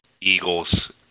Eagles